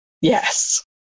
Yes